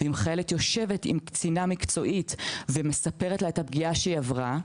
ואם חיילת יושבת עם קצינה מקצועית ומספרת לה את הפגיעה שהיא עברה,